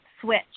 switch